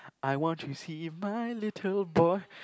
I want to see my little boy